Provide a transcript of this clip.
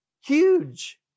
huge